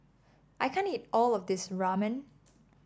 I can't eat all of this Ramen